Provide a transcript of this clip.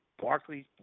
Barclays